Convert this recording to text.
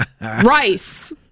Rice